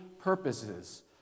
purposes